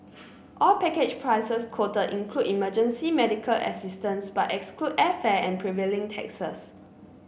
all package prices quoted include emergency medical assistance but exclude airfare and prevailing taxes